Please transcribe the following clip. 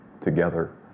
together